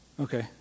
okay